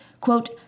Quote